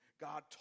God